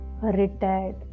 retired